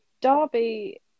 Derby